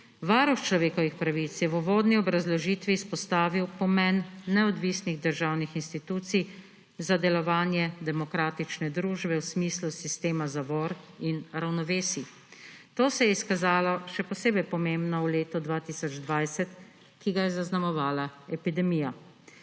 Varuh človekovih pravic je v uvodni obrazložitvi izpostavil pomen neodvisnih državnih institucij za delovanje demokratične družbe v smislu sistema zavor in ravnovesij. To se je izkazalo kot še posebej pomembno v letu 2020, ki ga je zaznamovala epidemija.